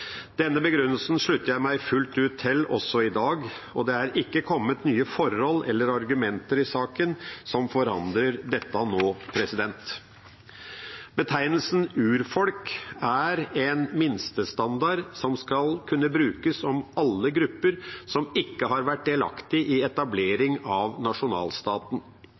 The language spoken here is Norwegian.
Denne begrunnelsen slutter jeg meg fullt ut til også i dag, og det er ikke kommet nye forhold eller argumenter i saken som forandrer dette nå. Betegnelsen urfolk er en minstestandard som skal kunne brukes om alle grupper som ikke har vært delaktig i etableringen av nasjonalstaten.